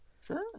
Sure